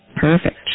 Perfect